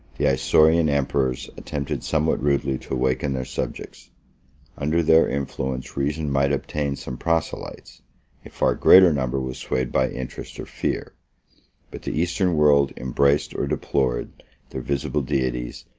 the isaurian emperors attempted somewhat rudely to awaken their subjects under their influence reason might obtain some proselytes, a far greater number was swayed by interest or fear but the eastern world embraced or deplored their visible deities,